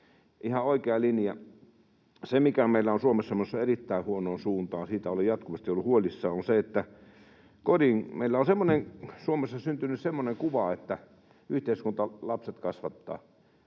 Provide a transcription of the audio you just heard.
Ihan oikea linja. Se, mikä meillä on Suomessa menossa erittäin huonoon suuntaan ja mistä olen jatkuvasti ollut huolissani, on se, että meillä on Suomessa syntynyt semmoinen kuva, että yhteiskunta lapset kasvattaa.